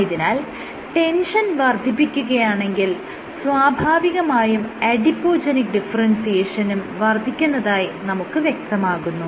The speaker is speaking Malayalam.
ആയതിനാൽ ടെൻഷൻ വർദ്ധിപ്പിക്കുകയാണെങ്കിൽ സ്വാഭാവികമായും അഡിപോജെനിക് ഡിഫറെൻസിയേഷനും വർദ്ധിക്കുന്നതായി നമുക്ക് വ്യക്തമാകുന്നു